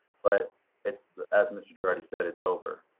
but it's as mr. gerardi said, it's over,